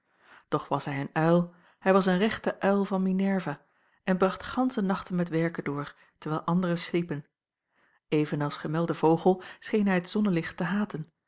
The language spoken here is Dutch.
doch was hij een uil hij was een rechte uil van minerva en bracht gansche nachten met werken door terwijl anderen sliepen even als gemelde vogel scheen hij het zonnelicht te haten